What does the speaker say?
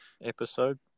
episode